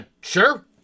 Sure